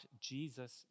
Jesus